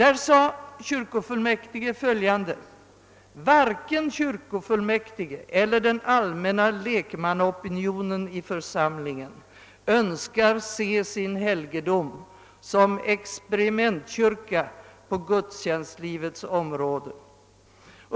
Kyrkofullmäktige anförde följande: >Varken kyrkofullmäktige eller den allmänna lekmannaopi nionen i församlingen önskar se sin helgedom som <experimentkyrka på gudstjänstlivets område.